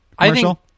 commercial